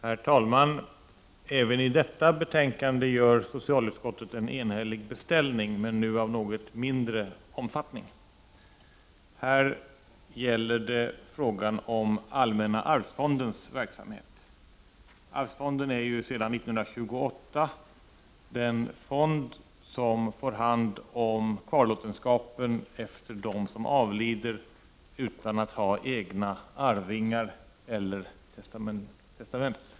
Herr talman! Även i detta betänkande gör socialutskottet en enhällig beställning, men nu av något mindre omfattning. Här gäller det frågan om allmänna arvsfondens verksamhet. Arvsfonden är ju sedan 1928 den fond som får hand om kvarlåtenskapen efter dem som avlider utan att ha egna arvingar eller testamentstagare.